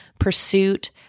pursuit